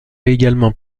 également